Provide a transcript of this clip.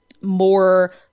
more